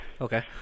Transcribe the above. Okay